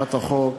הצעת החוק